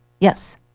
Yes